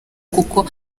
kuko